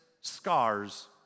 scars